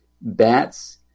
bats